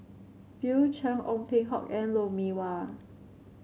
Bill Chen Ong Peng Hock and Lou Mee Wah